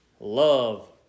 Love